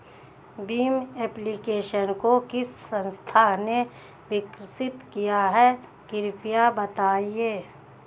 Bhim application को किस संस्था ने विकसित किया है कृपया बताइए?